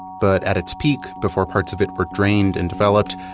but at its peak, before parts of it were drained and developed,